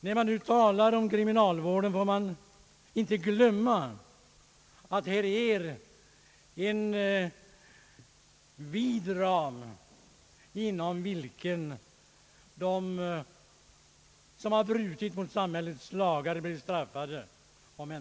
När man talar om kriminalvården får man inte glömma att den ram är vid inom vilken människor omhändertas när de har brutit mot samhällets lagar och blir straffade.